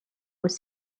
was